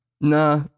nah